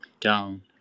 down